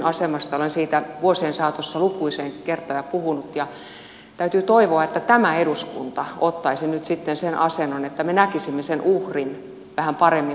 olen siitä vuosien saatossa lukuisia kertoja puhunut ja täytyy toivoa että tämä eduskunta ottaisi nyt sitten sen asennon että me näkisimme sen uhrin vähän paremmin kuin aikaisemmin